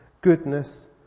goodness